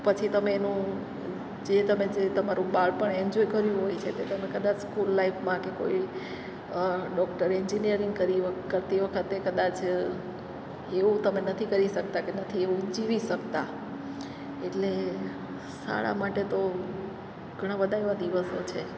પછી તમે એનું જે તમે જે તમારું બાળપણ એન્જોય કર્યું હોય છે તે તમે કદાચ સ્કૂલ લાઇફમાં કે કોઈ ડોક્ટર એન્જિનીયરિંગ કરી કરતી વખતે કદાચ એવું તમે નથી કરી શકતા કે નથી એવું જીવી શકતા એટલે શાળા માટે તો ઘણા બધા એવા દિવસો છે